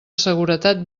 seguretat